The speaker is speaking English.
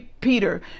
Peter